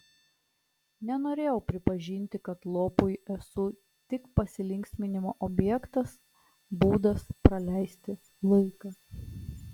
nenorėjau pripažinti kad lopui esu tik pasilinksminimo objektas būdas praleisti laiką